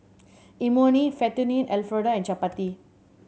Imoni Fettuccine Alfredo and Chapati